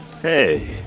Hey